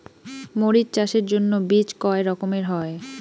মরিচ চাষের জন্য বীজ কয় রকমের হয়?